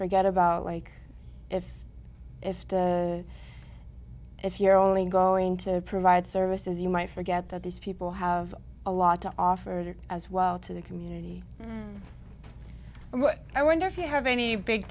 forget about like if if the if you're only going to provide services you might forget that these people have a lot to offer to as well to the community and i wonder if you have any big